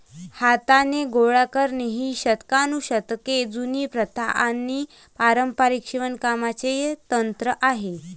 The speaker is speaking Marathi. हाताने गोळा करणे ही शतकानुशतके जुनी प्रथा आणि पारंपारिक शिवणकामाचे तंत्र आहे